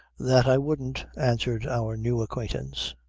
that i wouldn't, answered our new acquaintance.